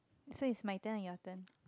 so its my turn or your turn